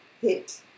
hit